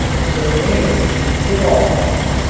so may it be with all things.